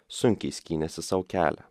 sunkiai skynėsi sau kelią